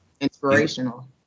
inspirational